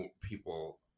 people